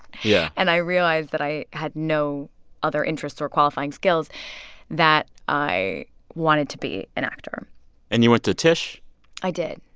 yeah. and i realized that i had no other interests or qualifying skills that i wanted to be an actor and you went to tisch i did,